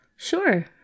sure